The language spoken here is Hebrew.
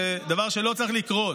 זה דבר שלא צריך לקרות.